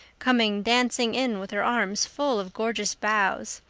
coming dancing in with her arms full of gorgeous boughs,